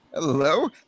Hello